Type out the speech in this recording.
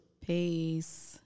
Peace